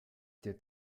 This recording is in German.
der